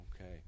Okay